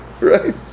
right